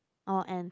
or and